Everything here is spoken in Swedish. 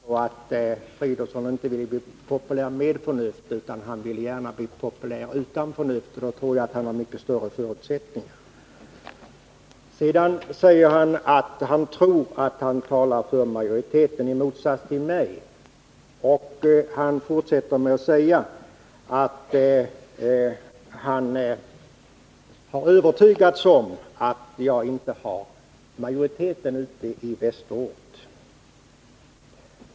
Herr talman! Vi har ju nu fått höra att herr Fridolfsson inte vill bli populär med förnuft utan populär utan förnuft, och det tror jag att han har mycket bättre förutsättningar för. Sedan säger han att han i motsats till mig tror att han talar för majoriteten. Han fortsätter med att säga att han har övertygats om att jag inte har majoriteten i västerort bakom mig.